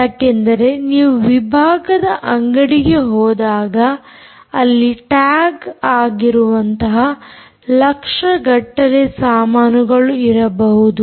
ಯಾಕೆಂದರೆ ನೀವು ವಿಭಾಗದ ಅಂಗಡಿಗೆ ಹೋದಾಗ ಅಲ್ಲಿ ಟ್ಯಾಗ್ ಆಗಿರುವಂತಹ ಲಕ್ಷಗಟ್ಟಲೆ ಸಾಮಾನುಗಳು ಇರಬಹುದು